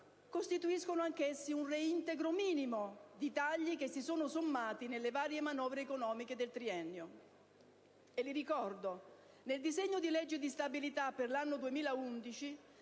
costituiscono anch'essi un reintegro minimo di tagli che si sono sommati nelle varie manovre economiche del triennio. Ve li ricordo. Nel disegno di legge di stabilità per l'anno 2011,